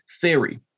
theory